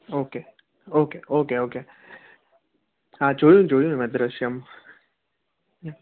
okay okay okay okay હા જોયું જોયું ને મેં દૃશ્યમ